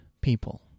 people